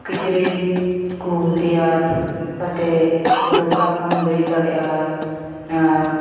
ᱠᱤᱪᱨᱤᱡᱽᱠᱚ ᱛᱮᱭᱟᱨ ᱠᱟᱛᱮᱫ ᱫᱳᱠᱟᱱᱦᱚᱸᱢ ᱵᱮᱨᱮᱫ ᱫᱟᱲᱮᱭᱟᱜᱼᱟ ᱟᱨ